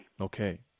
Okay